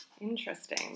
interesting